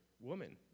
Woman